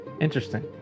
Interesting